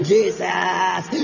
Jesus